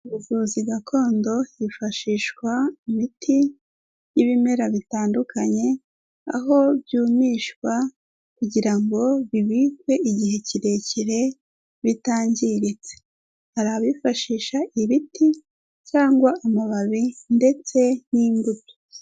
Ubuvuzi gakondo hifashishwa imiti y'ibimera bitandukanye, aho byumishwa kugira ngo bibikwe igihe kirekire bitangiritse, hari abifashisha ibiti cyangwa amababi ndetse n'imbuto.